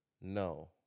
No